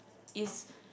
is